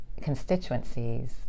constituencies